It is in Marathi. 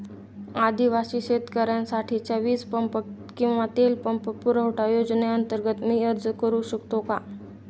आदिवासी शेतकऱ्यांसाठीच्या वीज पंप किंवा तेल पंप पुरवठा योजनेअंतर्गत मी अर्ज करू शकतो का?